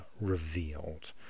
revealed